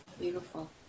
Beautiful